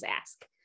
ask